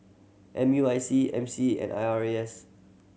M U I C M C and I R A S